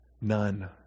none